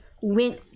went